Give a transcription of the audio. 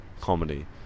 comedy